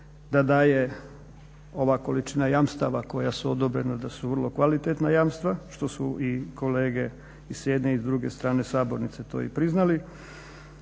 da daje ova količina jamstava koja se odobrena da su vrlo kvalitetna jamstva što su i kolege i s jedne i s druge strane sabornice to i priznali.